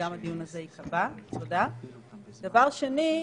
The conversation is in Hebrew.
ועוד דבר שלא ברור לי היא